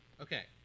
Okay